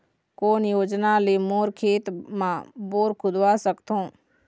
कोन योजना ले मोर खेत मा बोर खुदवा सकथों?